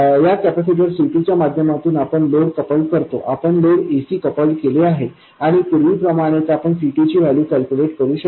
या capacitor C2 च्या माध्यमातून आपण लोड कपल्ड करतो आपण लोड ac कपल्ड केले आहे आणि पूर्वीप्रमाणे आपण C2 ची व्हॅल्यू कॅल्क्युलेट करू शकतो